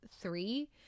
three